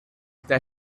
that